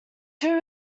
two